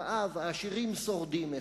רעב, העשירים שורדים איכשהו,